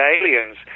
aliens